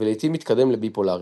ולעיתים מתקדם לביפולארי.